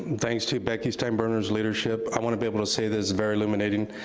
thanks to becky steinbruner's leadership, i wanna be able to say this is very illuminating.